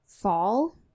fall